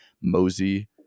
Mosey